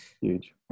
Huge